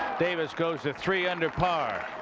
davis goes to three under par